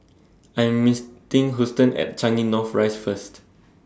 I Am Houston At Changi North Rise First